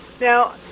Now